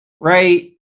Right